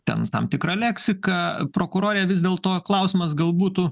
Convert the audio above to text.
ten tam tikra leksika prokurore vis dėlto klausimas gal būtų